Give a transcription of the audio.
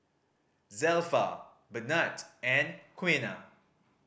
Zelpha Bernard and Quiana